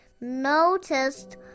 noticed